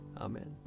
Amen